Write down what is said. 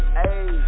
hey